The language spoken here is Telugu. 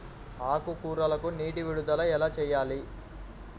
ఆకుకూరలకు నీటి విడుదల ఎలా చేయాలి?